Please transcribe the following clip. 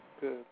Good